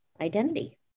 identity